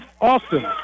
Austin